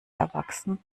erwachsen